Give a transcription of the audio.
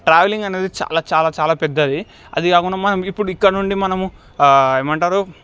travelling అనేది చాలా చాలా చాలాపెద్దది అది కాకుండా మనం ఇప్పుడు ఇక్కడ నుండి మనము ఏమంటారు